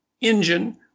engine